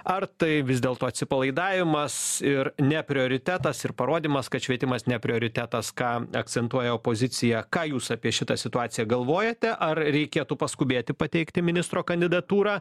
ar tai vis dėlto atsipalaidavimas ir ne prioritetas ir parodymas kad švietimas ne prioritetas ką akcentuoja opozicija ką jūs apie šitą situaciją galvojate ar reikėtų paskubėti pateikti ministro kandidatūrą